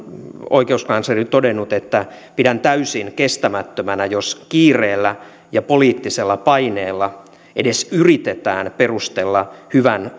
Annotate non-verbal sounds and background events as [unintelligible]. oikeuskansleri todennut että pidän täysin kestämättömänä jos kiireellä ja poliittisella paineella edes yritetään perustella hyvän [unintelligible]